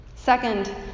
Second